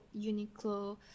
Uniqlo